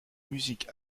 musique